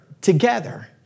together